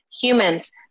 humans